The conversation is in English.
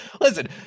Listen